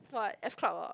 !wah! f-club uh